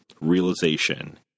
realization